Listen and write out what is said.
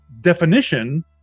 definition